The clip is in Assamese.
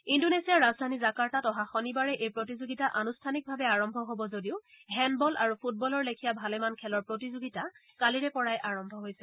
ইণ্ডোনেছিয়াৰ ৰাজধানী জাকাৰ্তাত অহা শনিবাৰে এই প্ৰতিযোগিতা আনুষ্ঠানিকভাৱে আৰম্ভ হ'ব যদিও হেণ্ডবল আৰু ফুটবলৰ লেখিয়া ভালেমান খেলৰ প্ৰতিযোগিতা কালিৰে পৰাই আৰম্ভ হৈছে